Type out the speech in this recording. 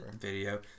video